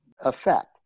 effect